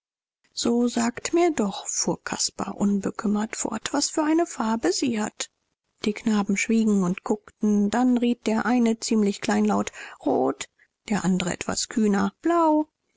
so sagt mir doch fuhr caspar unbekümmert fort was für eine farbe sie hat die knaben schwiegen und guckten dann riet der eine ziemlich kleinlaut rot der andre etwas kühner blau